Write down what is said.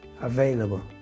available